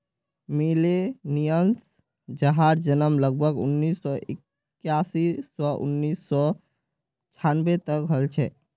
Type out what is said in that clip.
millennials जहार जन्म लगभग उन्नीस सौ इक्यासी स उन्नीस सौ छानबे तक हल छे